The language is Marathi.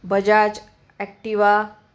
बजाज ॲक्टिवा